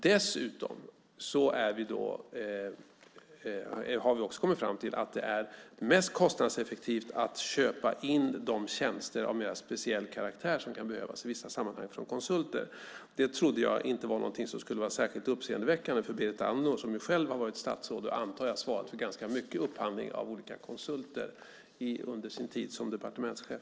Dessutom har vi kommit fram till att det är mest kostnadseffektivt att köpa in de tjänster av mer speciell karaktär som kan behövas i vissa sammanhang från konsulter. Det trodde jag inte var någonting som skulle vara särskilt uppseendeväckande för Berit Andnor, som själv har varit statsråd och, antar jag, svarat för ganska mycket upphandling av olika konsulter under sin tid som departementschef.